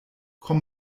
komm